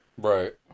Right